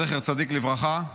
זכר צדיק לברכה.